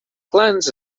clans